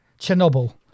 Chernobyl